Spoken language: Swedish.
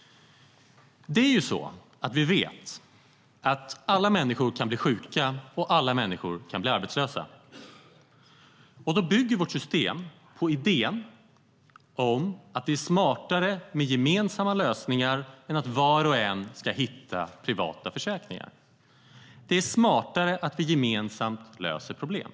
Vi vet ju att alla människor kan bli sjuka och att alla människor kan bli arbetslösa, och vårt system bygger på idén att det är smartare med gemensamma lösningar än att var och en ska hitta privata försäkringar. Det är smartare att vi gemensamt löser problem.